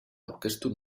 aurkeztu